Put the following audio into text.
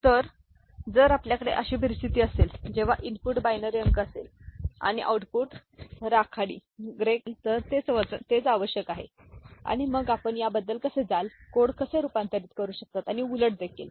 तर जर आपल्याकडे अशी परिस्थिती असेल जेव्हा इनपुट बायनरी अंक असेल आणि आउटपुट राखाडी कोड असेल तर तेच आवश्यक आहे आणि मग आपण त्याबद्दल कसे जाल कोड कसे रूपांतरित करू शकतात आणि उलट देखील